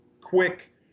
quick